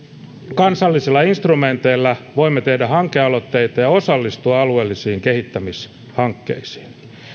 kansallisilla instrumenteilla voimme tehdä hankealoitteita ja osallistua alueellisiin kehittämishankkeisiin